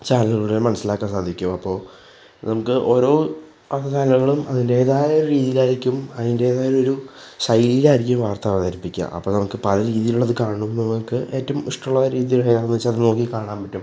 ചാനലിലൂടെ മനസ്സിലാക്കാൻ സാധിക്കും അപ്പോൾ നമുക്ക് ഓരോ ആ ചാനലുകളും അതിൻ്റേതായ രീതിയിലായിരിക്കും അതിൻ്റേതായൊരു ശൈലി ആയിരിക്കും വാർത്ത അവതരിപ്പിക്കുക അപ്പോൾ നമുക്ക് പഴയ രീതിയിലുള്ളത് കാണുമ്പോൾ നമുക്ക് ഏറ്റവും ഇഷ്ടമുള്ള രീതി ഏതാണെന്ന് വച്ചാൽ അത് നോക്കി കാണാൻ പറ്റും